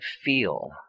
feel